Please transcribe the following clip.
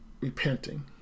repenting